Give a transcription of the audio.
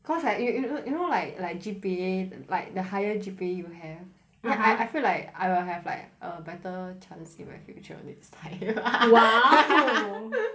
cause like you you know you know like like G_P_A like the higher G_P_A you have (uh huh) I I feel like I will have like a better chance in my future next time !wow!